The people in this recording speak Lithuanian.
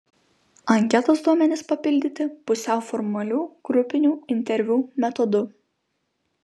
anketos duomenys papildyti pusiau formalių grupinių interviu metodu